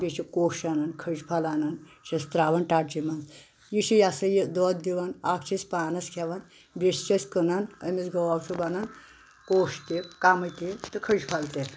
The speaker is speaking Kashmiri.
بییہِ چھِ کوٚش انان کھٔج پھل انان یہِ چھ أسۍ تراوان ٹٹجہِ منٛز یہِ چھِ یہِ ہسا یہِ دۄد دِوان اکھ چھِ أسۍ پانس کھیوان بییہِ چھِ أسۍ کٕنان امس گٲو چھُ بنان کوٚش تہِ کوٚم تہِ تہ کھٔج پھل تہِ